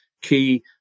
key